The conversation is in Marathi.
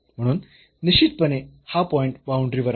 म्हणून निश्चितपणे हा पॉईंट बाऊंडरी वर आहे